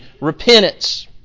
Repentance